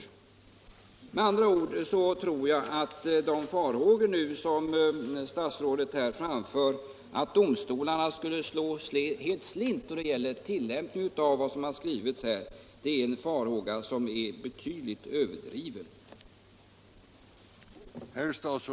11 december 1975 Jag tror med andra ord att den farhåga som statsrådet här framfört —- att det helt skulle slå slint i domstolarna då det gäller tillämpningen Ändring i brottsbalav vad som här har skrivits av utskottsmajoriteten — är betydligt överken driven.